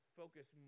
focus